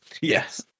Yes